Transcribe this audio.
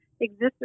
exists